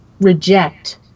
reject